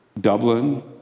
Dublin